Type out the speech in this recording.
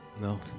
No